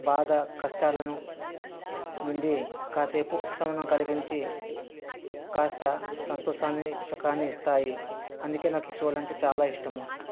బాధ కష్టాలను నుండి కాసేపు ఉపశమనం కలిగించి కాస్త సంతోషాన్ని సుఖాన్ని ఇస్తాయి అందుకే నాకు ఈ షోలు అంటే చాలా ఇష్టము